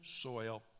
soil